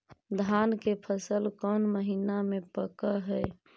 धान के फसल कौन महिना मे पक हैं?